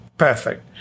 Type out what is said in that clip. Perfect